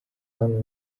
dann